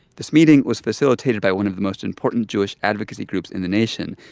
this meeting was facilitated by one of the most important jewish advocacy groups in the nation,